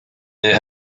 les